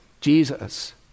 Jesus